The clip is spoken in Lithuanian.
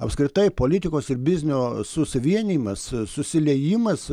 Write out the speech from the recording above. apskritai politikos ir biznio susivienijimas susiliejimas